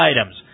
items